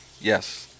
yes